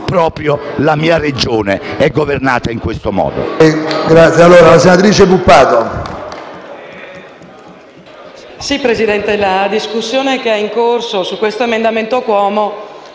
proprio la mia Regione è governata in questo modo.